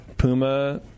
Puma